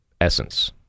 essence